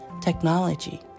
technology